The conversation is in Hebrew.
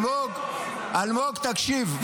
אלמוג, אלמוג, תקשיב.